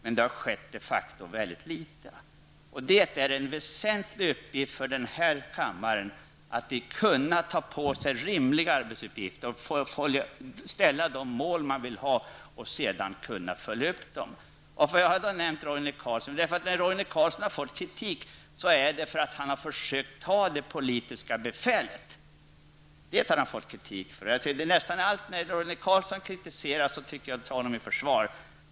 Men det har de facto skett mycket litet. Det är en väsentlig uppgift för kammaren att ta på sig rimliga arbetsuppgifter, ställa upp de mål man vill verka för och sedan kunna följa upp det. Jag har i det sammanhanget nämnt Roine Carlsson. När Roine Carlsson har fått kritik är det för att han har försökt ta det politiska befälet. När Roine Carlsson kritiseras för det tänker jag ta honom i försvar.